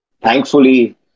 Thankfully